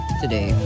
today